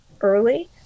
early